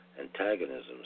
antagonisms